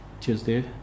Tuesday